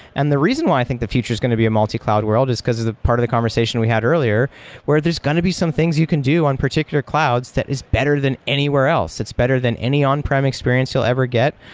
and the reason why i think the future is going to be a multi-cloud world is because as part of the conversation we had earlier where there's going to be some things you can do on particular clouds that is better than anywhere else. it's better than any on-prem experience you'll ever get,